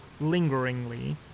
lingeringly